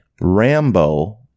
Rambo